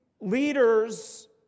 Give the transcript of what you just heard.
leaders